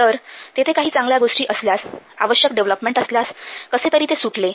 तर तेथे काही चांगल्या गोष्टी असल्यास आवश्यक डेव्हलपमेंट असल्यास कसेतरी ते सुटले